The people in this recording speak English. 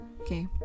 Okay